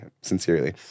sincerely